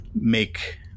make